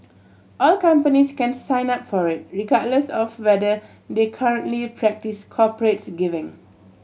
all companies can sign up for it regardless of whether they currently practise corporates giving